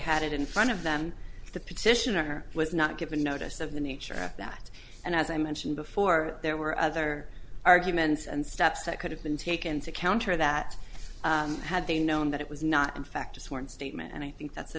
it in front of them the petitioner was not given notice of the nature of that and as i mentioned before there were other arguments and steps that could have been taken to counter that had they known that it was not in fact a sworn statement and i think that's a